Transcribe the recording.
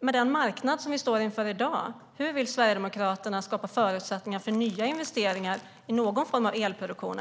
Med den marknad som vi står inför i dag, hur vill Sverigedemokraterna skapa förutsättningar för nya investeringar i någon form av elproduktion?